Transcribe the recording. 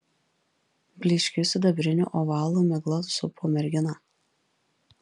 blyškiu sidabriniu ovalu migla supo merginą